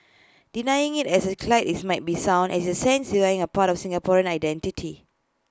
denying IT as cliche IT might sound is in A sense denying A part of Singaporean identity